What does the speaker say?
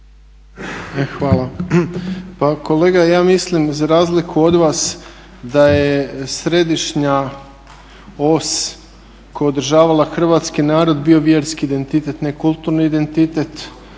hvala. Pa kolega ja mislim za razliku od vas da je središnja os koja je održavala hrvatski narod bio vjerski identitet, ne kulturni identitet